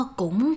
cũng